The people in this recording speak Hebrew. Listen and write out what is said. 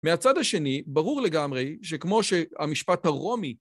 מהצד השני ברור לגמרי שכמו שהמשפט הרומי